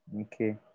Okay